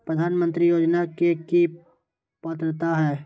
प्रधानमंत्री योजना के की की पात्रता है?